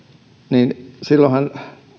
niin silloinhan